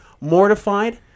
mortified